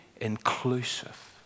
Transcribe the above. inclusive